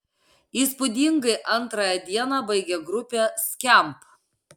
įspūdingai antrąją dieną baigė grupė skamp